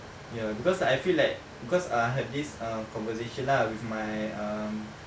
ya because like I feel like because uh I have this uh conversation lah with my um